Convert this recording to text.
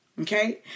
Okay